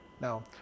Now